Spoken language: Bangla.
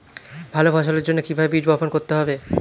ভালো ফসলের জন্য কিভাবে বীজ বপন করতে হবে?